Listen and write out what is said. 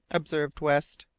observed west.